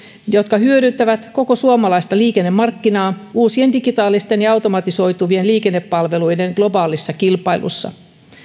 jotka hyödyttävät koko suomalaista liikennemarkkinaa uusien digitaalisten ja automatisoituvien liikennepalveluiden globaalissa kilpailussa